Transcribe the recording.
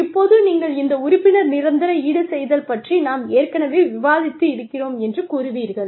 இப்போது நீங்கள் இந்த உறுப்பினர் நிரந்தர ஈடுசெய்தல் பற்றி நாம் ஏற்கனவே விவாதித்து இருக்கிறோம் என்று கூறுவீர்கள்